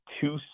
two